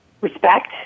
respect